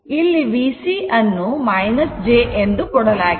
ಇಲ್ಲಿ VC ಅನ್ನು j ಎಂದು ಕೊಡಲಾಗಿದೆ